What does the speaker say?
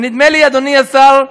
ונדמה לי, אדוני השר,